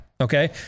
Okay